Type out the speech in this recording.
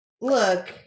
Look